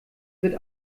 wird